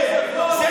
הוא